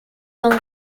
dans